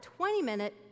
20-minute